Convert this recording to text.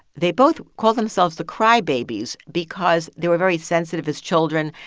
they both called themselves the crybabies because they were very sensitive as children.